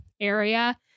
area